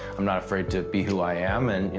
i'm not afraid to be who i am, and you